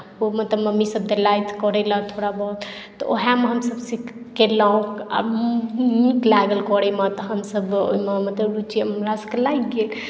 ओ मतलब मम्मीसभ देलथि करयलेल थोड़ा बहुत तऽ उएहमे हमसभ सिख केलहुँ आ नीक लागल करयमे तऽ हमसभ मतलब ओहिमे रुचि हमरासभकेँ लागि गेल